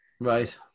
Right